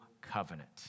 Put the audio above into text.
covenant